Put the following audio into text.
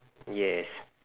yes